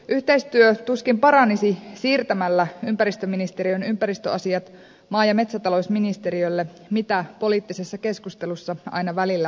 yhteistyö tuskin paranisi siirtämällä ympäristöministeriön ympäristöasiat maa ja metsätalousministeriölle mitä poliittisessa keskustelussa aina välillä väläytellään